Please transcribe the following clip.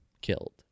killed